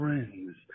Friends